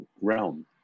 realm